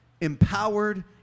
empowered